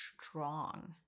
strong